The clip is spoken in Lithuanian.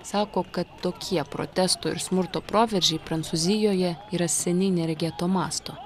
sako kad tokie protesto ir smurto proveržiai prancūzijoje yra seniai neregėto masto